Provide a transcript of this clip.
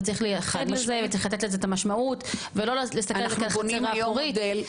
וצריך חד משמעי וצריך לתת לזה את המשמעות,